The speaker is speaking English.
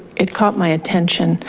it caught my attention.